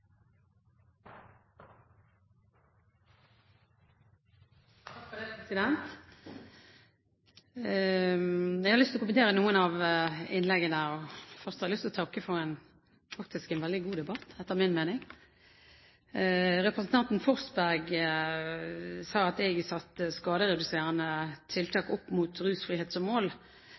Jeg har lyst til å kommentere noen av innleggene. Men først har jeg lyst til å takke for en etter min mening veldig god debatt. Representanten Forsberg sa at jeg satte skadereduserende tiltak opp mot rusfrihet som mål.